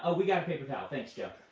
ah we got a paper towel. thanks, joe.